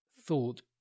thought